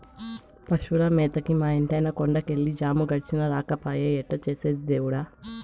పశువుల మేతకి మా ఇంటాయన కొండ కెళ్ళి జాము గడిచినా రాకపాయె ఎట్టా చేసేది దేవుడా